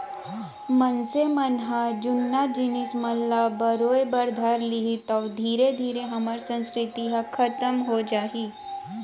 मनसे मन ह जुन्ना जिनिस मन ल बरोय बर धर लिही तौ धीरे धीरे हमर संस्कृति ह खतम हो जाही